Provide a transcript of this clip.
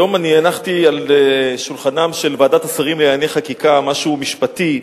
היום הנחתי על שולחנה של ועדת השרים לענייני חקיקה משהו משפטי,